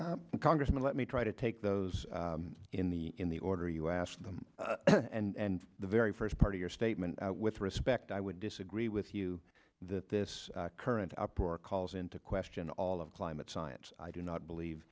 bias congressman let me try to take those in the in the order you asked them and the very first part of your statement with respect i would disagree with you that this current uproar calls into question all of climate science i do not believe